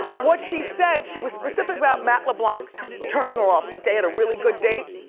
what she said, she was specific about matt le blanc turning her off, like they had a really good date.